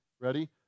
ready